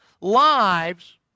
lives